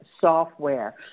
software